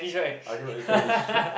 I cannot read Chinese